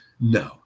No